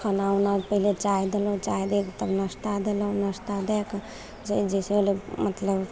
खाना उनासे पहिले चाइ देलहुँ चाइ दैके तब नाश्ता देलहुँ नाश्ता दैके बैग जे होलै मतलब